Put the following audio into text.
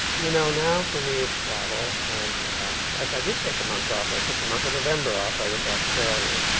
you know now for me, it's travel. and like i did take a month off. i took the month of november off. i went to australia,